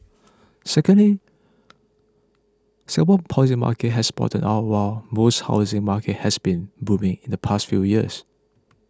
secondly Singapore's posing market has bottomed out while most housing markets have been booming in the past few years